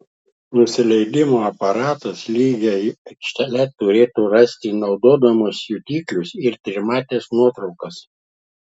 nusileidimo aparatas lygią aikštelę turėtų rasti naudodamas jutiklius ir trimates nuotraukas